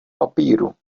papíru